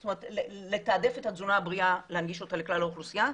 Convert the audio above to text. זאת אומרת לתעדף את התזונה הבריאה ולהנגיש אותה לכלל האוכלוסייה.